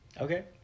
okay